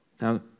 Now